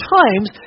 times